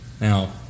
Now